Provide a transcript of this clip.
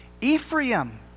Ephraim